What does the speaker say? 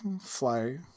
fly